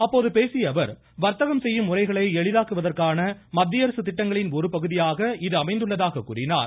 அப்போது பேசிய அவர் வர்த்தகம் செய்யும் முறைகளை எளிதாக்குவதற்கான மத்திய அரசு திட்டங்களின் ஒரு பகுதியாக இது அமைந்துள்ளதாக கூறினார்